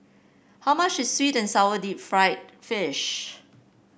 how much is sweet and sour Deep Fried Fish